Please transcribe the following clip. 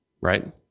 Right